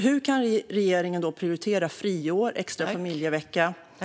Hur kan regeringen då prioritera friår och familjevecka?